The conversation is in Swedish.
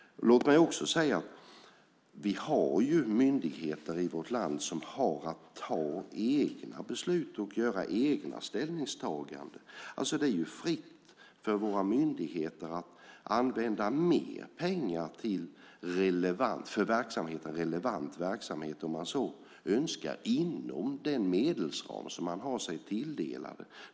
Låt mig också säga att vi har myndigheter i vårt land som har att ta egna beslut och göra egna ställningstaganden. Det är fritt för våra myndigheter att använda mer pengar till för verksamheten relevant verksamhet om man så önskar inom den medelsram man har sig tilldelad.